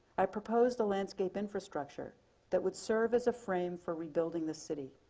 i proposed a landscape infrastructure that would serve as a frame for rebuilding the city.